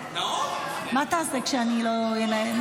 נאור, מה תעשה כשאני לא אנהל?